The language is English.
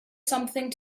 something